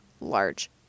large